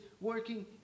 working